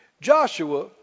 Joshua